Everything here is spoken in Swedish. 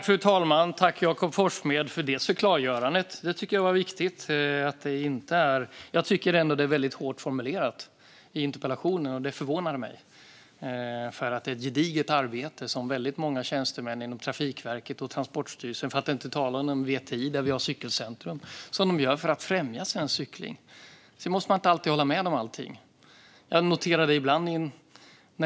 Fru talman! Tack, Jakob Forssmed, för klargörandet! Det tycker jag var viktigt. Jag tycker ändå att det var väldigt hårt formulerat i interpellationen, och det förvånade mig. Väldigt många tjänstemän inom Trafikverket och Transportstyrelsen - för att inte tala om VTI, där vi har Cykelcentrum - gör ett gediget arbete för att främja svensk cykling. Sedan måste man inte alltid hålla med om allting.